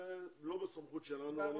זה לא במסכות שלנו.